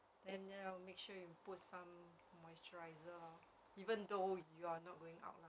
and then I'll make sure put some moisturise lor even though you are not going out lah